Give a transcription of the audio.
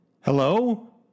Hello